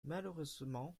malheureusement